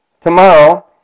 tomorrow